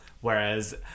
Whereas